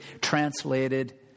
translated